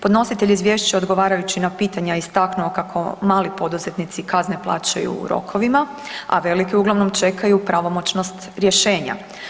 Podnositelj izvješća odgovarajući na pitanja je istaknuo kako mali poduzetnici kazne plaćaju u rokovima, a veliki uglavnom čekaju pravomoćnost rješenja.